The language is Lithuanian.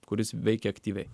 kuris veikia aktyviai